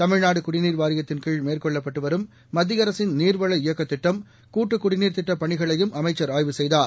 தமிழ்நாடு குடிநீர் வாரியத்தின்கீழ் மேற்கொள்ளப்பட்டு வரும் மத்திய அரசின் நீர்வள இயக்கத் திட்டம் கூட்டுக்குடிநீர் திட்டப் பணிகளையும் அமைச்சர் ஆய்வு செய்தார்